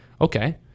Okay